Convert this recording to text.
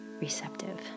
receptive